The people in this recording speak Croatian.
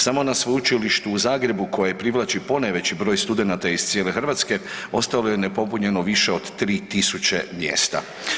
Samo na Sveučilištu u Zagrebu koje privlači ponajveći broj studenata iz cijele Hrvatske ostalo je nepopunjeno više od 3.000 mjesta.